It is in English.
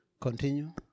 Continue